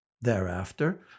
Thereafter